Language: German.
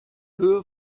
höhe